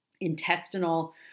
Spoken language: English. intestinal